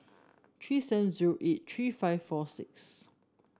three seven zero eight three five four six